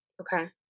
Okay